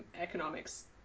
economics